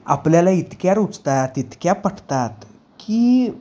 आपल्याला इतक्या रुचतात इतक्या पटतात की